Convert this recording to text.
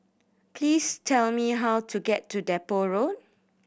please tell me how to get to Depot Road